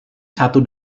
satu